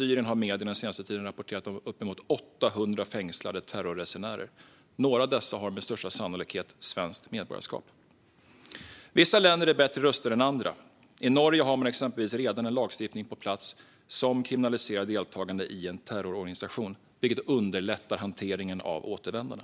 Medierna har under den senaste tiden rapporterat om uppemot 800 fängslade terrorresenärer bara i Syrien. Några av dessa har med största sannolikhet svenskt medborgarskap. Vissa länder är bättre rustade än andra. I Norge, exempelvis, har man redan en lagstiftning på plats som kriminaliserar deltagande i en terrororganisation, vilket underlättar hanteringen av återvändarna.